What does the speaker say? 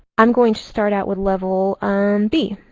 i'm going to start out with level um b.